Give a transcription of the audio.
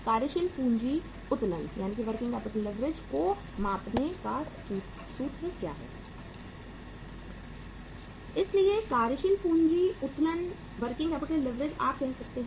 कार्यशील पूंजी उत्तोलन को मापने का सूत्र क्या है